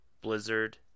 blizzard